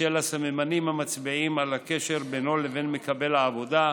בשל הסממנים המצביעים על הקשר בינו לבין מקבל העבודה,